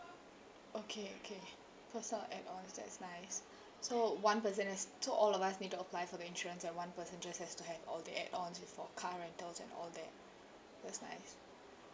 okay okay put some add ons that's nice so one person is so all of us need to apply for the insurance and one person just has to have all the add ons for car rentals and all that that's nice